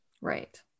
Right